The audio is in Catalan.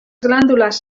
glàndules